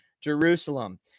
Jerusalem